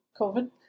covid